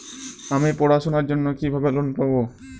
আমি পড়াশোনার জন্য কিভাবে লোন পাব?